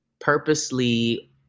purposely